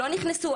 לא נכנסו,